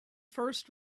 first